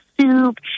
soup